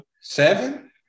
Seven